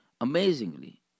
Amazingly